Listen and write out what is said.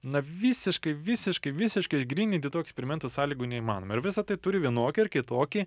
na visiškai visiškai visiškai išgryninti to eksperimento sąlygų neįmanoma ir visa tai turi vienokį ar kitokį